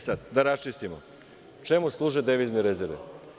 Sada, da raščistimo – čemu služe devizne rezerve?